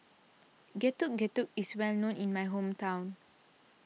Getuk Getuk is well known in my hometown